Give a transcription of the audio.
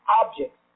objects